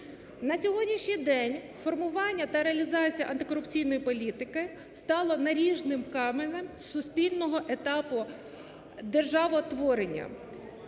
На сьогоднішній день формування та реалізація антикорупційної політики стало наріжним каменем суспільного етапу державотворення.